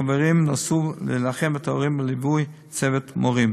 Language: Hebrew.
חברים נסעו לנחם את ההורים בליווי צוות מורים,